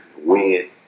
Win